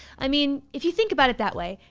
i mean, if you think about it that way,